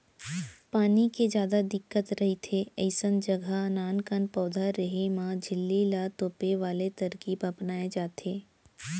पानी के जादा दिक्कत रहिथे अइसन जघा नानकन पउधा रेहे म झिल्ली ल तोपे वाले तरकीब अपनाए जाथे